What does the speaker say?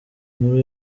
nkuru